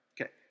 Okay